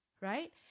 right